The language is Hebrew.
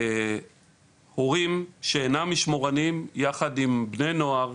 הורים שאינם משמורנים יחד עם בני נוער,